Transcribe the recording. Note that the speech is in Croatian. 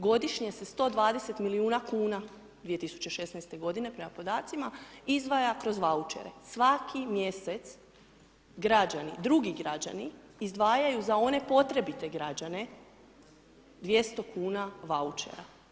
Godišnje se 120 milijuna kuna, 2016. godine prema podacima, izdvaja kroz vouchere, svaki mjesec građani, drugi građani, izdvajaju za one potrebite građane 200 kuna vouchera.